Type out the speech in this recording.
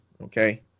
Okay